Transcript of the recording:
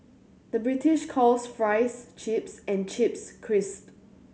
the British calls fries chips and chips crisp